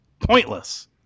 Pointless